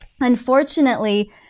Unfortunately